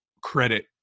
credit